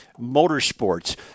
Motorsports